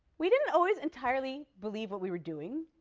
we didn't always entirely believe what we were doing.